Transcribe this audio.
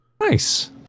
Nice